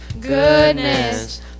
goodness